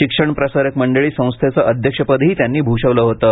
शिक्षण प्रसारक मंडळी संस्थेचं अध्यक्षपदही त्यांनी भूषवलं होतं